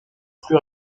plus